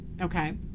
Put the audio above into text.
Okay